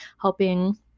helping